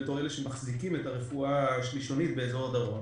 בתור אלה שמחזיקים את הרפואה השלישונית באזור הדרום,